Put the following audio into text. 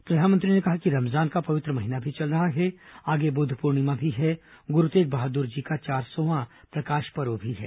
प्रधानमंत्री ने कहा कि रमजान का पवित्र महीना भी चल रहा है आगे बुद्ध पूर्णिमा भी है गुरू तेग बहादुर जी का चार सौवां प्रकाश पर्व भी है